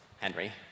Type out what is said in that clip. Henry